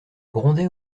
grondait